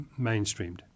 mainstreamed